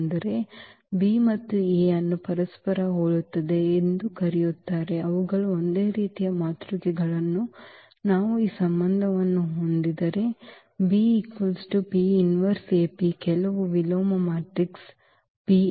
ಅಂದರೆ B ಮತ್ತು A ಅನ್ನು ಪರಸ್ಪರ ಹೋಲುತ್ತದೆ ಎಂದು ಕರೆಯುತ್ತಾರೆ ಅವುಗಳು ಒಂದೇ ರೀತಿಯ ಮಾತೃಕೆಗಳು ನಾವು ಈ ಸಂಬಂಧವನ್ನು ಹೊಂದಿದ್ದರೆ ಕೆಲವು ವಿಲೋಮ ಮ್ಯಾಟ್ರಿಕ್ಸ್ P ಗಾಗಿ